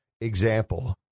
example